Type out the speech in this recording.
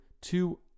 two